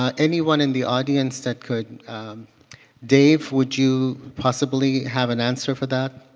ah anyone in the audience that could dave, would you possibly have an answer for that?